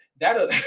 that'll